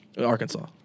Arkansas